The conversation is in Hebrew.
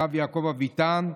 הרב יעקב אביטן,